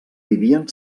vivien